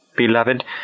Beloved